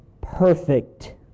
perfect